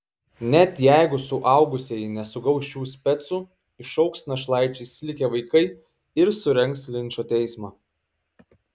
net jeigu suaugusieji nesugaus šių specų išaugs našlaičiais likę vaikai ir surengs linčo teismą